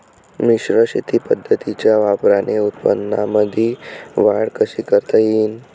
मिश्र शेती पद्धतीच्या वापराने उत्पन्नामंदी वाढ कशी करता येईन?